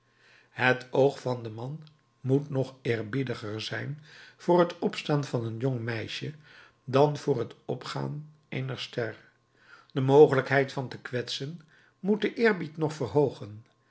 het oog van den man moet nog eerbiediger zijn voor het opstaan van een jong meisje dan voor het opgaan eener ster de mogelijkheid van te kwetsen moet den eerbied nog verhoogen